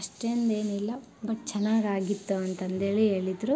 ಅಷ್ಟೊಂದು ಏನಿಲ್ಲ ಬಟ್ ಚೆನ್ನಾಗಿ ಆಗಿತ್ತು ಅಂತಂದೇಳಿ ಹೇಳಿದ್ರು